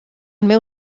meu